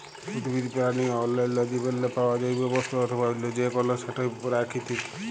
উদ্ভিদ, পেরানি অ অল্যাল্য জীবেরলে পাউয়া জৈব বস্তু অথবা অল্য যে কল সেটই পেরাকিতিক